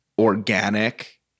organic